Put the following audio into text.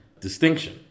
distinction